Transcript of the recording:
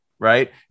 right